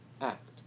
act